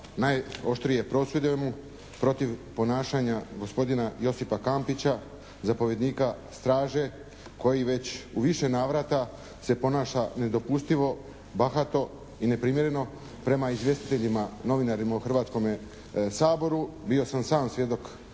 najoštrije prosvjedujemo protiv ponašanja gospodina Josipa Kampića, zapovjednika straže koji već u više navrata se ponaša nedopustivo, bahato i neprimjereno prema izvjestiteljima, novinarima u Hrvatskome saboru. Bio sam sam svjedok